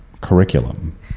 curriculum